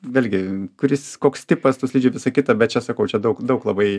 vėlgi kuris koks tipas tų slidžių visa kita bet čia sakau čia daug daug labai